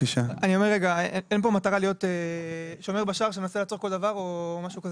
אין פה מטרה להיות שומר בשער שמנסה לעצור כל דבר או משהו כזה,